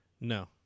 No